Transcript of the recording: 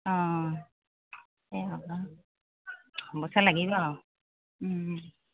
অঁ অঁ এই হ'ব পইচা লাগিব আৰু